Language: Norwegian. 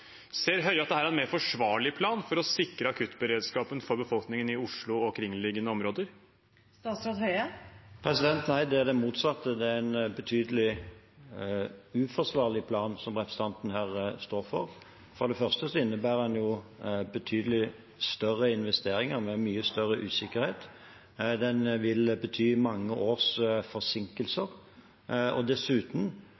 Ser Høie at dette er en mer forsvarlig plan for å sikre akuttberedskapen for befolkningen i Oslo og omkringliggende områder? Nei, det er det motsatte, det er en betydelig uforsvarlig plan som representanten her står for. For det første innebærer den betydelig større investeringer med mye større usikkerhet. Den vil bety mange års forsinkelser.